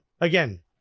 again